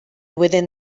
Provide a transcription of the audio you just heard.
within